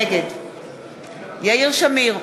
נגד יאיר שמיר,